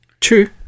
True